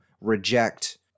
reject